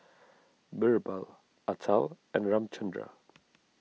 Birbal Atal and Ramchundra